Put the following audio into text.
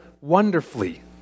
wonderfully